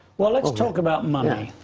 well, let's talk about money.